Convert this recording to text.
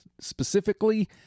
specifically